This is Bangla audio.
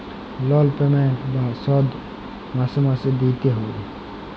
লল পেমেল্ট বা শধ মাসে মাসে দিইতে হ্যয়